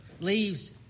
leaves